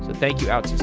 thank you, outsystems.